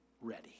ready